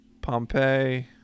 pompeii